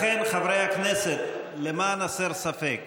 לכן, חברי הכנסת, למען הסר ספק.